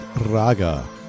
Raga